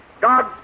God